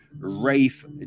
Rafe